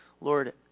Lord